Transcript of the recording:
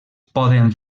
poden